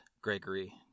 Gregory